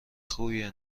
خوبیه